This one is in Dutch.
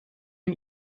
een